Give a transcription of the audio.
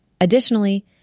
Additionally